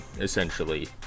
essentially